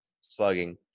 slugging